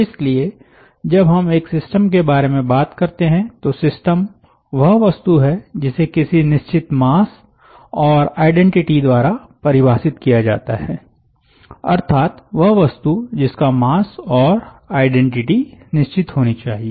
इसलिए जब हम एक सिस्टम के बारे में बात करते हैं तो सिस्टम वह वस्तु है जिसे किसी निश्चित मास और आइडेंटिटी द्वारा परिभाषित किया जाता है अर्थात वह वस्तु जिसका मास और आइडेंटिटी निश्चित होनी चाहिए